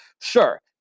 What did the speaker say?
Sure